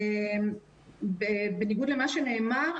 בנגוד למה שנאמר,